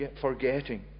forgetting